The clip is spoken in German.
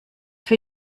für